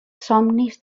somnis